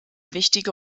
wichtige